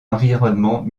environnements